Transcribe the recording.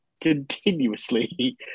continuously